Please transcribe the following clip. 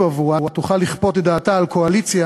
עבורה תוכל לכפות את דעתה על קואליציה